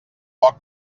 poc